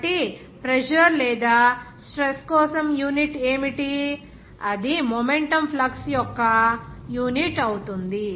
కాబట్టి ప్రెజర్ లేదా స్ట్రెస్ కోసం యూనిట్ ఏమిటి అది మొమెంటం ఫ్లక్స్ యొక్క యూనిట్ అవుతుంది